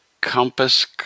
Compass